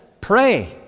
pray